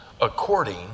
according